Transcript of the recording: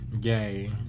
gay